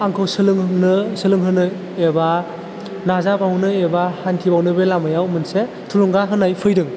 आंखौ सोलोंनो सोलोंहोनो एबा नाजाबावनो एबा हान्थिबावनो बे लामायाव मोनसे थुलुंगा होनाय फैदों